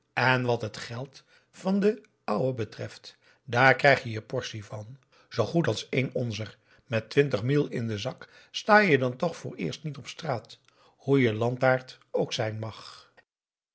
en wat het geld van de n ouwen betreft daar krijg je je portie van zoo goed als een onzer met twintig mille in den zak sta je dan toch vooreerst niet op straat hoe je landaard ook zijn mag